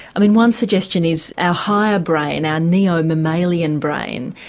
i mean one suggestion is our higher brain, our neo mammalian brain,